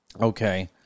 Okay